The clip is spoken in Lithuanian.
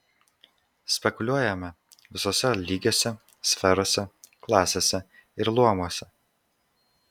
spekuliuojame visuose lygiuose sferose klasėse ir luomuose